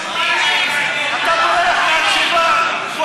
איפה התשובה העניינית?